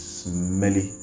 smelly